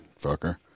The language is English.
Fucker